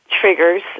triggers